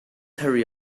hurry